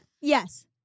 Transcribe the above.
Yes